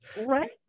Right